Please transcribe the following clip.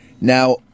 now